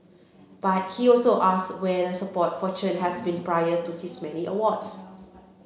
but he also asks where the support for Chen has been prior to his many awards